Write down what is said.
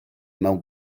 mewn